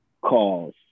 calls